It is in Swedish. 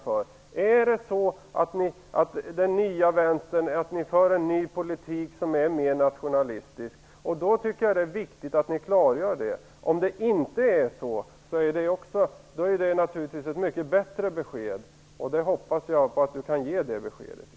För den nya Vänstern en ny politik som är mer nationalistisk? I så fall tycker jag att det är viktigt att ni klargör det. Att det inte är så är naturligtvis ett mycket bättre besked. Jag hoppas att ni kan ge det beskedet.